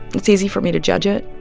it's easy for me to judge it,